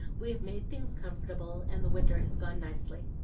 we have made things comfortable, and the winter has gone nicely.